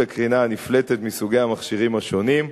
הקרינה הנפלטת מסוגי המכשירים השונים,